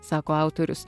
sako autorius